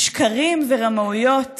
משקרים ורמאויות